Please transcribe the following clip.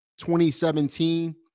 2017